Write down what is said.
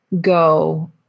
go